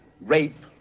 rape